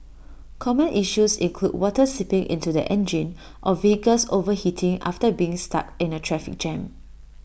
common issues include water seeping into the engine or vehicles overheating after being stuck in A traffic jam